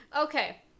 Okay